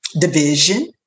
division